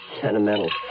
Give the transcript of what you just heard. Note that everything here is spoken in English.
Sentimental